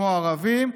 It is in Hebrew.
כמו ערבים.